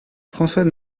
françois